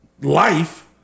life